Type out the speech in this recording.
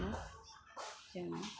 बेफोरखौनो जों